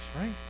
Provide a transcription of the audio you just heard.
right